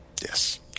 Yes